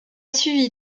suivi